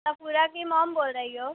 صفورہ کی موم بول رہی ہو